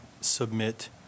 submit